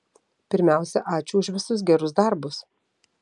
pirmiausia ačiū už visus gerus darbus